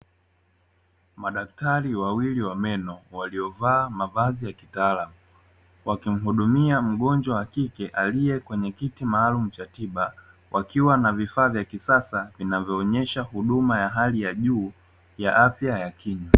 Madaktari wawili wa meno waliovaa mavazi ya kitaalamu, wakimhudumia mgonjwa wa kike aliye kwenye kiti maalumu, cha tiba wakiwa na vifaa vya kisasa vinavyoonyesha huduma ya hali ya juu ya afya ya kinywa.